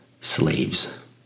slaves